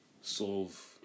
solve